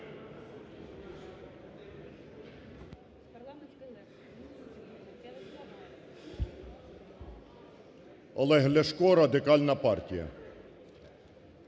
Олег Ляшко, Радикальна партія.